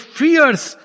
fierce